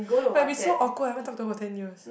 but it'll be so awkward haven't talk to her for ten years